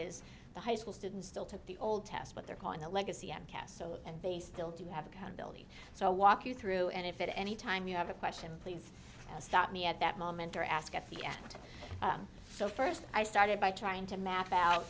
is the high school students still took the old test what they're calling the legacy and cast so and they still do have accountability so walk you through and if it anytime you have a question please stop me at that moment or ask at the end so first i started by trying to map out